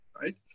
right